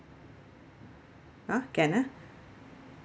!huh! can ah